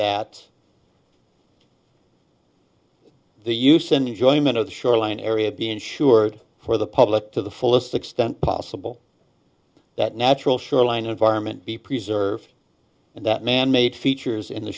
that the use and enjoyment of the shoreline area be ensured for the public to the fullest extent possible that natural shoreline environment be preserved and that manmade features in the